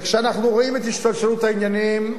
וכשאנחנו רואים את השתלשלות העניינים,